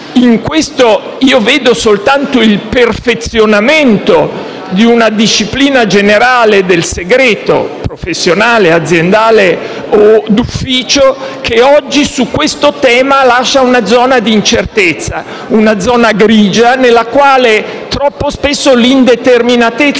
In questo vedo soltanto il perfezionamento di una disciplina generale del segreto professionale, aziendale o d'ufficio, che oggi, su questo tema, lascia una zona di incertezza, una zona grigia, nella quale troppo spesso l'indeterminatezza